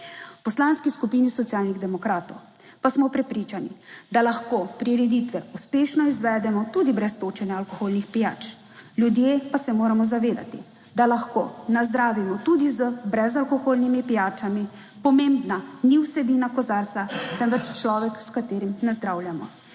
Poslanski skupini Socialnih demokratov pa smo prepričani, da lahko prireditve uspešno izvedemo tudi brez točenja alkoholnih pijač. Ljudje pa se moramo zavedati, da lahko nazdravimo tudi z brezalkoholnimi pijačami. Pomembna ni vsebina kozarca, temveč človek s katerim nazdravljamo.